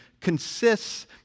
consists